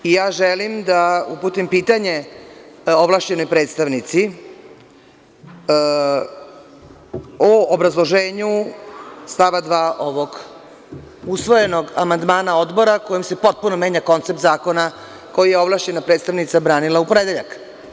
Ja želim da uputim pitanje ovlašćenoj predstavnici o obrazloženju stava 2. ovog usvojenog amandmana Odbora kojim se potpuno menja koncept zakona koji je ovlašćena predstavnica branila u ponedeljak.